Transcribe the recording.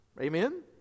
amen